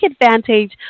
advantage